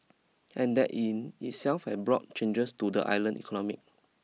and that in itself has brought changes to the island economy